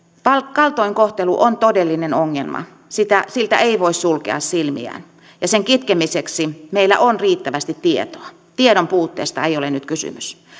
kaltoinkohtelu on todellinen ongelma siltä ei voi sulkea silmiään ja sen kitkemiseksi meillä on riittävästi tietoa tiedon puutteesta ei ole nyt kysymys